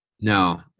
no